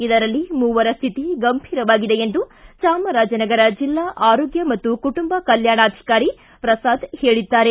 ಇದರಲ್ಲಿ ಮೂವರ ಸ್ಹಿತಿ ಗಂಭೀರವಾಗಿದೆ ಎಂದು ಚಾಮರಾಜನಗರ ಜಿಲ್ಲಾ ಆರೋಗ್ಯ ಮತ್ತು ಕುಟುಂಬ ಕಲ್ಯಾಣಾಧಿಕಾರಿ ಪ್ರಸಾದ ಹೇಳಿದ್ದಾರೆ